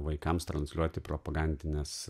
vaikams transliuoti propagandines